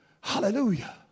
Hallelujah